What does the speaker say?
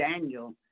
Daniel